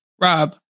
Rob